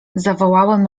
zawołałem